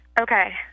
Okay